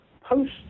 post